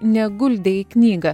neguldė į knygą